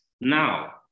now